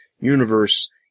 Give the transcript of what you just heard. universe